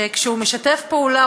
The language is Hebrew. שכשהוא משתף פעולה,